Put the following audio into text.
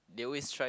they always try